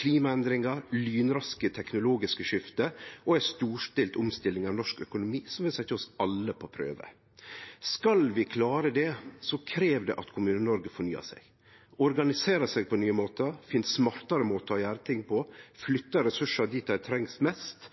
klimaendringar, lynraske teknologiske skifte og ei storstilt omstilling av norsk økonomi, som vil setje oss alle på prøve. Skal vi klare det, krev det at Kommune-Noreg fornyar seg, organiserer seg på nye måtar, finn smartare måtar å gjere ting på, flyttar ressursar dit dei trengst mest,